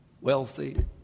wealthy